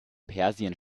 persien